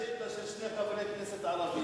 היתה שאילתא של שני חברי כנסת ערבים,